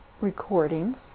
recordings